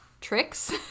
tricks